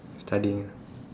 studying ah